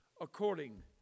according